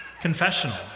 confessional